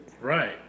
Right